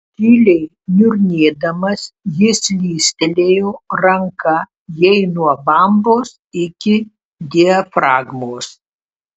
tyliai niurnėdamas jis slystelėjo ranka jai nuo bambos iki diafragmos